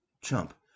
Chump